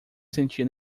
sentia